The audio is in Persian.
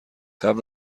قبل